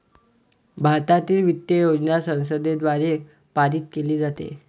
भारतातील वित्त योजना संसदेद्वारे पारित केली जाते